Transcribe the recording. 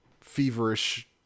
feverish